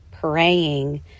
praying